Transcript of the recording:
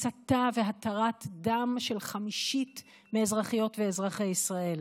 הסתה והתרת דם של חמישית מאזרחיות ואזרחי ישראל.